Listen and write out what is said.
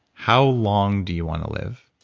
how long do you want to live?